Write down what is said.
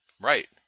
Right